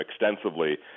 extensively